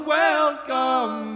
welcome